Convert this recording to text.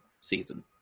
season